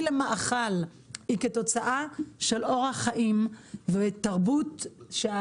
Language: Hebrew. למאכל היא כתוצאה של אורח חיים ותרבות צריכה בזבזנית,